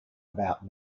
about